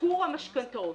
ייקור המשכנתאות.